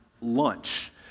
lunch